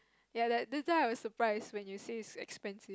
ya that that's why I was surprised when you say it's expensive